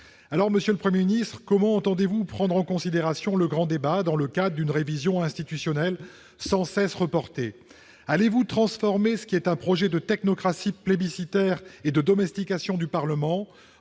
Monsieur le Premier ministre, comment entendez-vous prendre en considération le grand débat dans le cadre d'une révision institutionnelle sans cesse reportée ? Allez-vous transformer ce qui est un projet de technocratie plébiscitaire et de domestication du Parlement